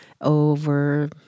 over